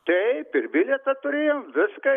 taip ir bilietą turėjom viską